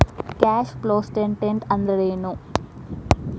Cash flow statement ಅಂದ್ರೇನು?